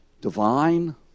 divine